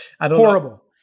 Horrible